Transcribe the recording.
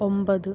ഒമ്പത്